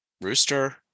Rooster